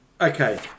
Okay